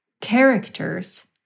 characters